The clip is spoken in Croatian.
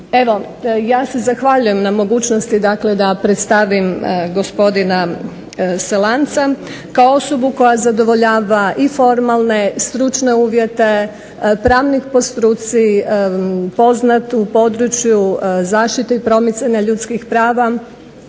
Evo, ja se zahvaljujem na mogućnosti dakle da predstavim gospodina Selanca kao osobu koja zadovoljava i formalne, stručne uvjete pravnik po struci, poznat u području zaštite promicanja ljudskih prava,